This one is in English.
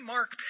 Mark